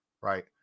right